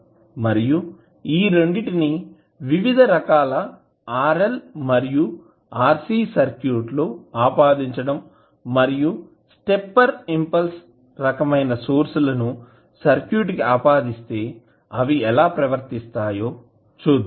మరియు ఈ రెండిటిని వివిధ రకాల RL మరియు RC సర్క్యూట్ లో ఆపాదించడం మరియు స్టెప్పెర్ ఇంపల్స్ రకమైన సోర్స్ లను సర్క్యూట్ కి ఆపాదిస్తే అవి ఎలా ప్రవర్తిస్తాయో చూద్దాం